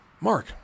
Mark